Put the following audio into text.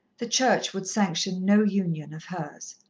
the church would sanction no union of hers.